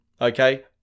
okay